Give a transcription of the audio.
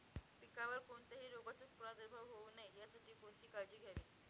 पिकावर कोणत्याही रोगाचा प्रादुर्भाव होऊ नये यासाठी कोणती काळजी घ्यावी?